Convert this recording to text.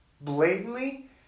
blatantly